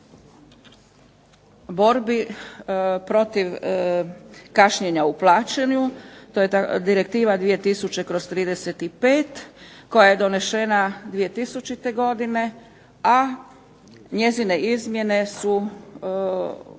borbi protiv kašnjenja u plaćanju, to je direktiva 2000./35. koja je donesena 2000. godine, a njezine izmjene su